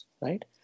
right